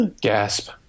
gasp